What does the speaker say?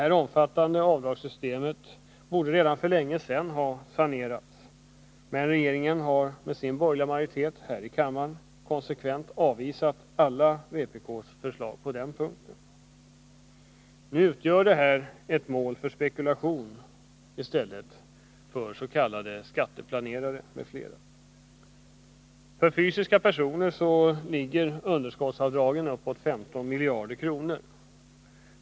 Detta omfattande avdragssystem borde redan för länge sedan ha sanerats, men regeringen har, med sin borgerliga majoritet här i kammaren, konsekvent avvisat alla vpk:s förslag på den här punkten. Nu utgör detta i stället ett mål för spekulation av s.k. skatteplanerare m.fl. Fysiska personer gör underskottsavdrag på uppåt 15 miljarder kronor.